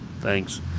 thanks